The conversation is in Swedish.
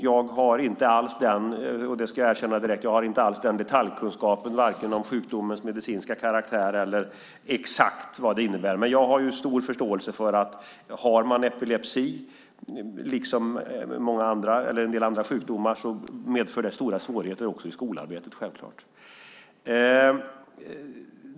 Jag ska direkt erkänna att jag inte alls har den detaljkunskapen vare sig om sjukdomens medicinska karaktär eller om vad den exakt innebär. Men jag har stor förståelse för att om man har epilepsi liksom en del andra sjukdomar medför det självfallet stora svårigheter också i skolarbetet.